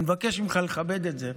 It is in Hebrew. אני מבקש ממך לכבד את זה.